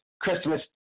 Christmas